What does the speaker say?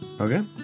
Okay